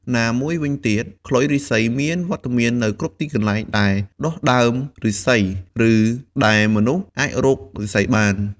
ណាមួយវិញទៀត ខ្លុយឫស្សីមានវត្តមាននៅគ្រប់ទីកន្លែងដែលដុះដើមឫស្សី ឬដែលមនុស្សអាចរកឫស្សីបាន។